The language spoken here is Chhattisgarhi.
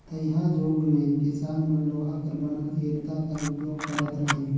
तइहाजुग मे किसान मन लोहा कर बनल इरता कर उपियोग करत रहिन